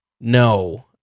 no